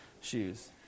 Shoes